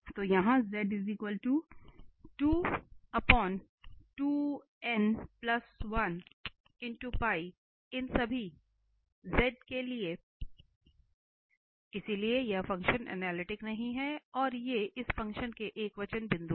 तो यहां और इन सभी n के लिए इसलिए यह फ़ंक्शन अनलिटिक नहीं है और इसलिए ये इस फ़ंक्शन के एकवचन बिंदु हैं